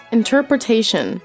Interpretation